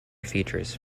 features